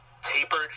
tapered